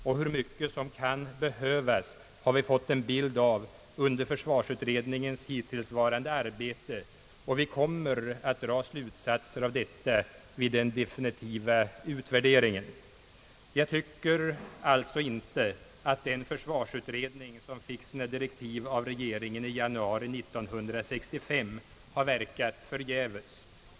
Och hur mycket som kan behövas har vi fått en bild av under försvarsutredningens hittillsvarande arbete, och vi kommer att dra slutsatser av detta vid den definitiva utvärderingen. Jag tycker alltså inte att den försvarsutredning som fick sina direktiv av regeringen i januari 1965 har verkat förgäves.